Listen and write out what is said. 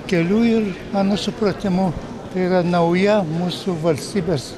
keliu ir mano supratimu tai yra nauja mūsų valstybės